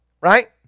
Right